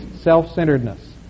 self-centeredness